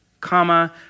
comma